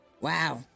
Wow